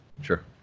Sure